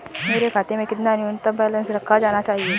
मेरे खाते में कितना न्यूनतम बैलेंस रखा जाना चाहिए?